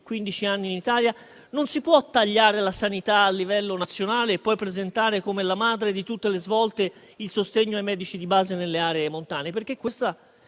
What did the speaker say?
anni in Italia? Non si può tagliare la sanità a livello nazionale e poi presentare come la madre di tutte le svolte il sostegno ai medici di base nelle aree montane. Questa